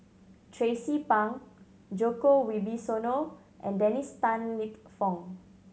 Tracie Pang Djoko Wibisono and Dennis Tan Lip Fong